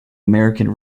american